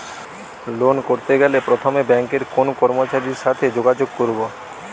Loan করতে গেলে প্রথমে ব্যাঙ্কের কোন কর্মচারীর সাথে যোগাযোগ করব?